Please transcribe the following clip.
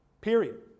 Period